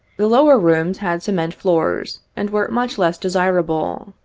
the lower rooms had cement floors, and were much less desirable.